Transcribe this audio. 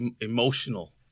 emotional